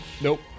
Nope